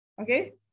okay